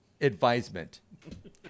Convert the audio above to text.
Advisement